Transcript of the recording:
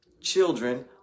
children